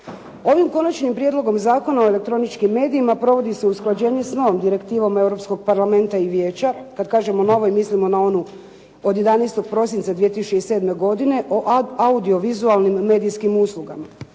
Ovim Konačnim prijedlogom zakona o elektroničkim medijima provodi se usklađenje sa novom direktivom Europskog parlamenta i Vijeća. Kad kažemo novoj mislimo na onu od 11. prosinca 2007. godine o audio-vizualnim medijskim uslugama.